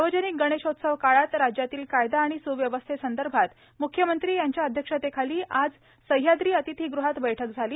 सार्वजनिक गणेशोत्सव काळात राज्यातील कायदा आणि सुव्यवस्थेसंदर्भात मुख्यमंत्री यांच्या अध्यक्षतेखाली आज सह्याद्री अतिथीगृहात बैठक झाली